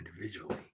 individually